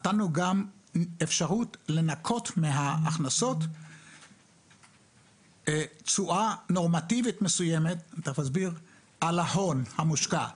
אפשרות לנכות מההכנסות תשואה נורמטיבית מסוימת על ההון המושקע.